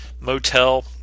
Motel